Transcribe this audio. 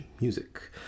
music